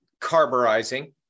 carburizing